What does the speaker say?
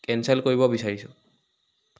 cancel কৰিব বিচাৰিছোঁ